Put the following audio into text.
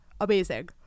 Amazing